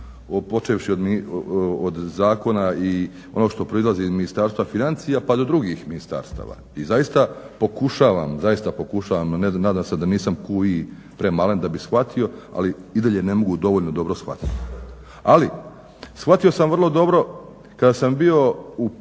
počevši od zakona i ono što proizlazi iz Ministarstva financija pa i do drugih ministarstava i zaista pokušavam i nadam se da nisam quo premalen da bih shvatio ali i dalje ne mogu dovoljno dobro shvatiti. Ali shvatio sam vrlo dobro kada sam bio u